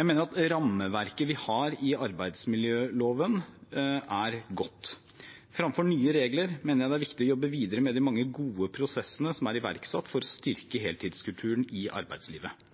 Jeg mener at rammeverket vi har i arbeidsmiljøloven, er godt. Fremfor nye regler mener jeg det er viktig å jobbe videre med de mange gode prosessene som er iverksatt for å styrke heltidskulturen i arbeidslivet.